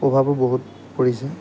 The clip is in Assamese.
প্ৰভাৱো বহুত পৰিছে